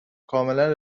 کاملا